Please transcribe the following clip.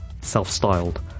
self-styled